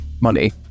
money